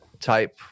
type